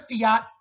fiat